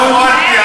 לא יכולתי,